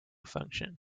function